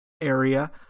area